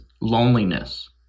loneliness